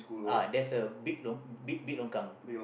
ah there's a big long~ big big longkang